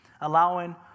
allowing